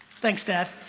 thanks dad